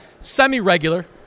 semi-regular